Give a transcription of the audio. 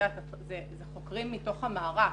אלו חוקרים מתוך המערך.